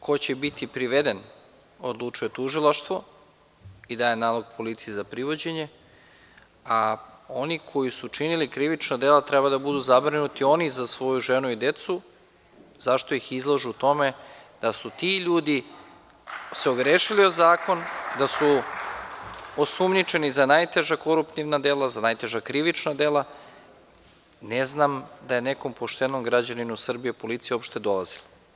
Ko će biti priveden, odlučuje tužilaštvo i daje nalog policiji za privođenje, a oni koji su činili krivična dela, treba da budu zabrinuti, oni, za svoju ženu i decu, zašto ih izlažu tome, da su ti ljudi se ogrešili o zakon, da su osumnjičeni za najteža koruptivna dela, za najteža krivična dela, ne znam da je nekog poštenom građaninu Srbije policija uopšte dolazila?